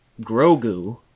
Grogu